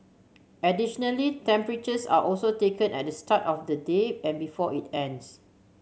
additionally temperatures are also taken at the start of the day and before it ends